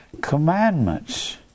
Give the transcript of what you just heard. commandments